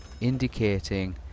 indicating